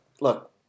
Look